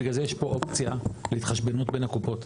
בגלל זה יש פה אופציה להתחשבנות בין הקופות.